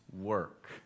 work